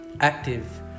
active